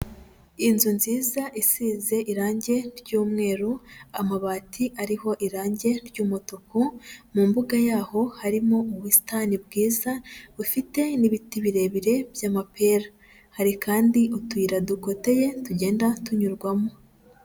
Inzu nziza isize irange ry'umweru, amabati ariho irange ry'umutuku mu mbuga yaho harimo ubusitani bwiza bufite n'ibiti birebire by'amapera, hari kandi utuyira dukoteye tugenda tunyurwamo.